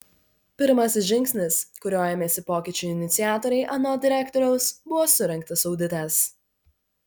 pirmasis žingsnis kurio ėmėsi pokyčių iniciatoriai anot direktoriaus buvo surengtas auditas